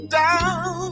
down